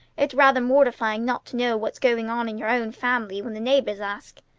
it's rather mortifying not to know what's going on in your own family when the neighbors ask.